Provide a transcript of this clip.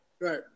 Right